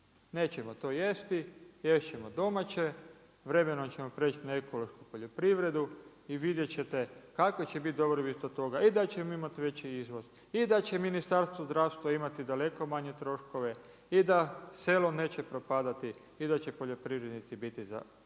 Nećemo to jesti, jesti ćemo domaće, vremenom ćemo preći na ekološku poljoprivredu i vidjet ćete kakva će biti dobrobit od toga. I da ćemo imati veći izvoz, i da će Ministarstvo zdravstva imati daleko manje troškove, i da se selo neće propadati, i da će poljoprivrednici biti